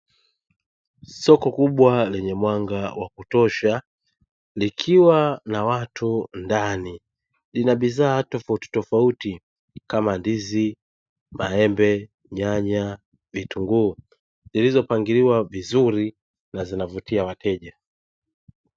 Soko kubwa lenye mwanga wa kutosha likiwa na watu ndani. Lina bidhaa tofautitofauti kama: ndizi, maembe, nyanya, vitunguu; zilizopangiliwa vizuri na zinavutia wateja.